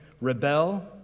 rebel